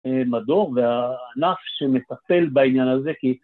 מדור וענף שמטפל בעניין הזה, כי...